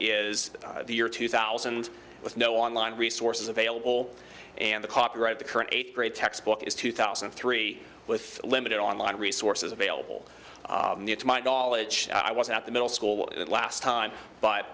is the year two thousand with no online resources available and the copyright the current eighth grade textbook is two thousand and three with limited online resources available to my knowledge i was at the middle school last time b